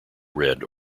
red